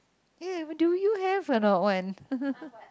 eh do you have or not one